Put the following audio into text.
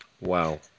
wow